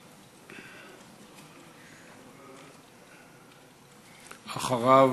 אחריו,